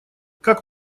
как